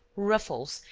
ruffles,